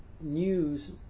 news